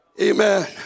Amen